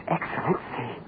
Excellency